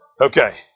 Okay